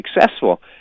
successful